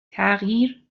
تغییر